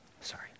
Sorry